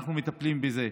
אנחנו מטפלים זה.